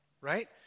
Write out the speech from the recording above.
right